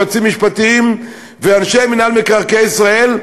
יועצים משפטיים ואנשי רשות מקרקעי ישראל,